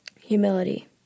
humility